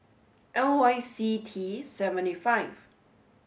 L Y C T seventy five